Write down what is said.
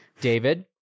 David